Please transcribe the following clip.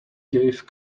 gave